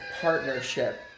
partnership